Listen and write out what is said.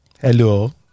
Hello